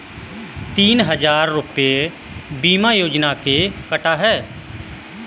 तीन हजार रूपए बीमा योजना के कटा है